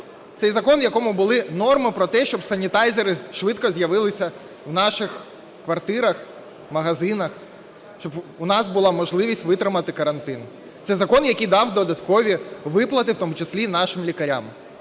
Це закон, в якому були норми про те, щоб санітайзери швидко з'явилися в наших квартирах, магазинах, щоб у нас була можливість витримати карантин. Це закон, який дав додаткові виплати, в тому числі нашим лікарям.